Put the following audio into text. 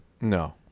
no